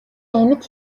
амьд